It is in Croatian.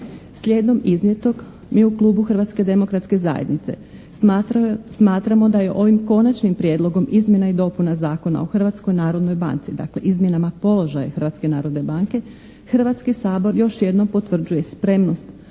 Slijedom iznijetog mi u Klubu Hrvatske demokratske zajednice smatramo da je ovim Konačnim prijedlogom izmjena i dopuna Zakona o Hrvatskoj narodnoj banci, dakle izmjenama položaja Hrvatske narodne banke Hrvatski sabor još jednom potvrđuje spremnost